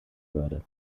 würde